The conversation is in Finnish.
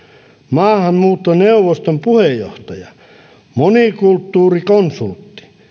maahanmuuttoneuvoston puheenjohtaja monikulttuurikonsultti